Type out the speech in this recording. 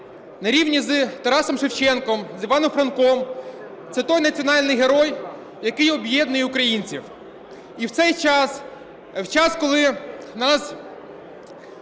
на рівні з Тарасом Шевченком, з Іваном Франком, це той національний герой, який об'єднує українців. І в цей час, в час, коли нас